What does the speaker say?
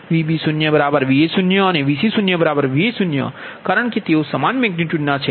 Vb0Va0 અને Vc0Va0 કારણ કે તેઓ સમાન મેગનિટયુડ ના છે